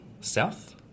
south